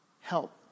help